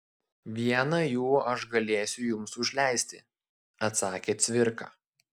vieną jų aš galėsiu jums užleisti atsakė cvirka